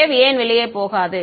wave ஏன் வெளியே போகாது